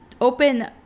open